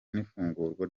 n’ifungurwa